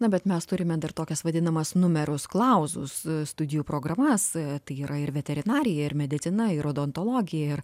na bet mes turime dar tokias vadinamas numerus clausus studijų programas tai yra ir veterinarija ir medicina ir odontologija ir